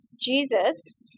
Jesus